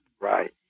Right